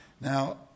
Now